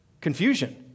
confusion